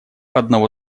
одного